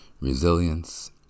resilience